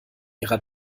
ihrer